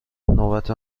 نوبت